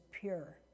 pure